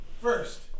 First